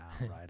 right